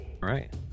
Right